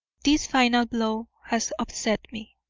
this final blow has upset me.